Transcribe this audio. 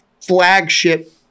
flagship